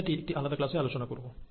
বিষয়টি একটি আলাদা ক্লাসে আলোচনা করব